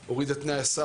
להגיד מה יהיה מחר?